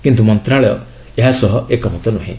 କିନ୍ତୁ ମନ୍ତ୍ରଶାଳୟ ଏହା ସହ ଏକମତ ନୁହେଁ